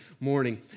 morning